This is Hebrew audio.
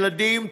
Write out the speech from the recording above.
ילדים,